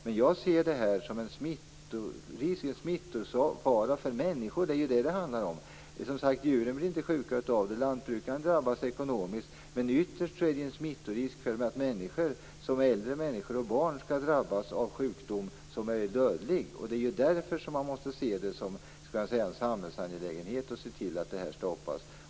Men jag ser det som en smittofara för människor. Det är det som det handlar om. Djuren blir inte sjuka. Lantbrukaren drabbas ekonomiskt. Men ytterst är det en smittorisk genom att äldre människor och barn kan drabbas av en sjukdom som är dödlig. Det är därför det är en samhällsangelägenhet att se till att det här stoppas.